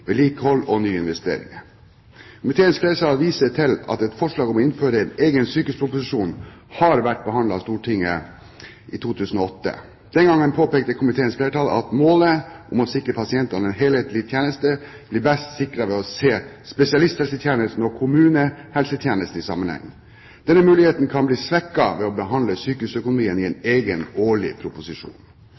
vedlikehold og nyinvesteringer. Komiteens flertall viser til at et forslag om å innføre en egen sykehusproposisjon har vært behandlet av Stortinget i 2008. Den gangen påpekte komiteens flertall at målet om å sikre pasientene en helhetlig tjeneste blir best sikret ved å se spesialisthelsetjenesten og kommunehelsetjenesten i sammenheng. Denne muligheten kan bli svekket ved å behandle sykehusøkonomien i en egen årlig proposisjon.